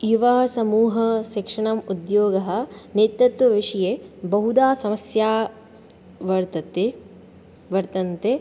युवसमूहशिक्षणम् उद्योगः नेतृत्वविषये बहुधा समस्या वर्तते वर्तन्ते